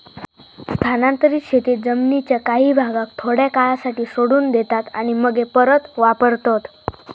स्थानांतरीत शेतीत जमीनीच्या काही भागाक थोड्या काळासाठी सोडून देतात आणि मगे परत वापरतत